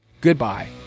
goodbye